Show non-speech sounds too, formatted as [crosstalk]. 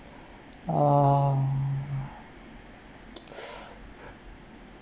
uh [noise]